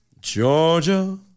Georgia